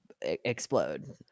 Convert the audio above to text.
explode